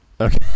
Okay